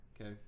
okay